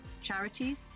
charities